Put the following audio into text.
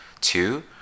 two